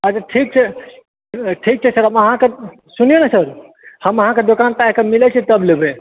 अच्छा ठीक छै ठीक छै सर हम अहाँके सुनियौ ने सर हम अहाँके दोकान पर आबिकऽ मिलै छी तब लेबै